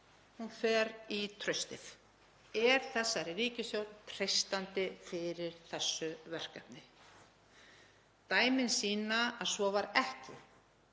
vel, fer í traustið: Er þessari ríkisstjórn treystandi fyrir þessu verkefni? Dæmin sýna að svo var ekki